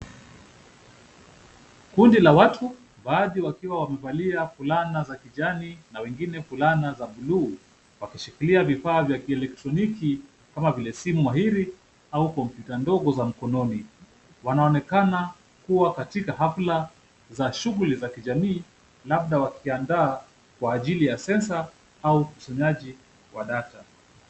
Kundi la watu baadhi wakiwa wamevalia fulana za kijani na wengine fulana za buluu wakishikilia vifaa vya kieletroniki kama vile simu mahiri au kompiuta ndogo za mkononi. Wanaonekana kuwa katika hafla za shughuli za kijamii labda wakiandaa kwa ajili ya sensa au ukusanyaji wa data.